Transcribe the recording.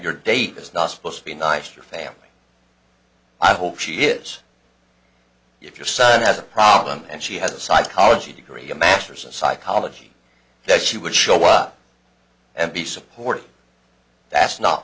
your date is not supposed to be nice to your family i hope she is if your son has a problem and she has a psychology degree a master's of psychology that she would show up and be supportive that's not